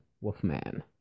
Wolfman